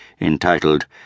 entitled